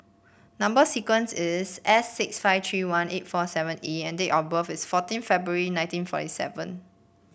number sequence is S six five tree one eight four seven E and date of birth is fourteen February nineteen forty seven